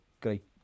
great